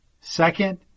second